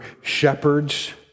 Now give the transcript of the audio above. shepherds